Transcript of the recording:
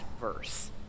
verse